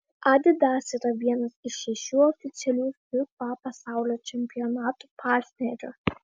adidas yra vienas iš šešių oficialių fifa pasaulio čempionato partnerių